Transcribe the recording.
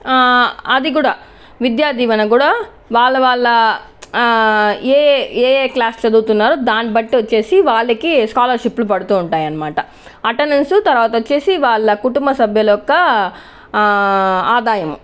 అది కూడా విద్యాదీవెన కూడా వాళ్ల వాళ్ల ఏ ఏ క్లాస్ చదువుతున్నారో దాన్ని బట్టి వచ్చేసి వాళ్లకి స్కాలర్షిప్లు పడుతుంటాయి అనమాట అటెండెన్స్ తర్వాత వచ్చేసి వాళ్ళ కుటుంబ సభ్యుల యొక్క ఆదాయం